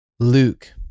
Luke